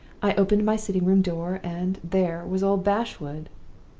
i opened my sitting-room door, and there was old bashwood!